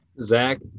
Zach